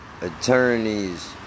attorneys